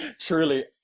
Truly